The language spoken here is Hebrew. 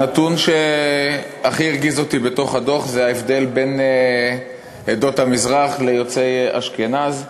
הנתון שהכי הרגיז אותי בדוח זה ההבדל בין עדות המזרח ליוצאי אשכנז.